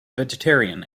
vegetarian